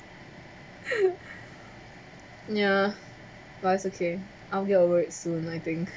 yeah but it's okay I'll be over it soon I think